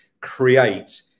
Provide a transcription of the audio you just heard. create